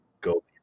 go